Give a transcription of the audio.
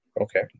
Okay